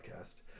podcast